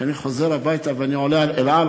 כשאני חוזר הביתה ואני עולה על "אל על",